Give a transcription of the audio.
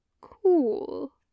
Cool